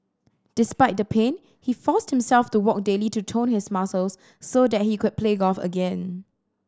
despite the pain he forced himself to walk daily to tone his muscles so that he could play golf again